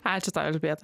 ačiū tau elžbieta